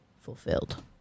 fulfilled